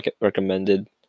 recommended